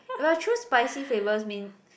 if I choose spicy flavours means